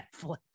Netflix